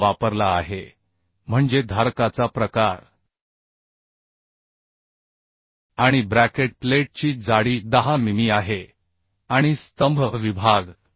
6 वापरला आहे म्हणजे धारकाचा प्रकार आणि ब्रॅकेट प्लेटची जाडी 10 मिमी आहे आणि स्तंभ विभाग